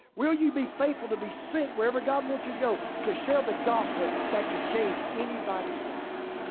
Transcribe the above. will you be faithful to be sent wherever god wants you to go to share the gospel that can change anybody's life?